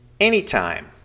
Anytime